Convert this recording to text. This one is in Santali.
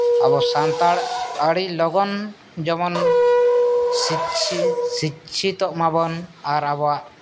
ᱟᱵᱚ ᱥᱟᱱᱛᱟᱲ ᱟᱹᱰᱤ ᱞᱚᱜᱚᱱ ᱡᱮᱢᱚᱱ ᱥᱤᱪᱪᱷᱤᱛᱚᱜ ᱢᱟᱵᱚᱱ ᱟᱨ ᱟᱵᱚᱣᱟᱜ